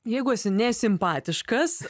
jeigu esi nesimpatiškas